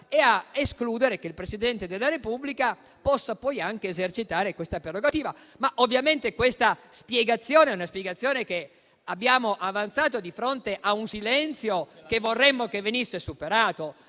e a escludere che il Presidente della Repubblica possa poi esercitare questa prerogativa. Ovviamente questa spiegazione l'abbiamo avanzata di fronte a un silenzio che vorremmo che venisse superato.